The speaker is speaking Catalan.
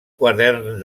quadern